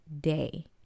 day